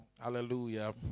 Hallelujah